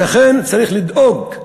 שכן צריך לדאוג,